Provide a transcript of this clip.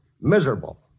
miserable